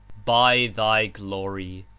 by thy glory,